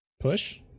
push